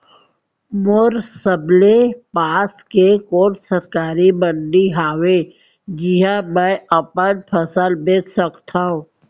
मोर सबले पास के कोन सरकारी मंडी हावे जिहां मैं अपन फसल बेच सकथव?